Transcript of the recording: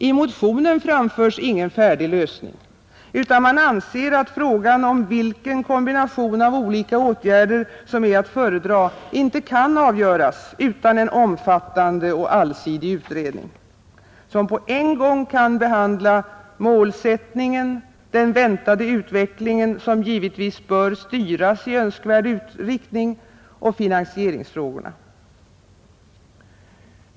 I motionen framförs ingen färdig lösning utan man anser att frågan om vilken kombination av olika åtgärder som är att föredra inte kan avgöras utan en omfattande och allsidig utredning, som på en gång kan behandla målsättningen, den väntade utvecklingen, som givetvis bör styras i önskvärd riktning, och finansieringsfrågorna.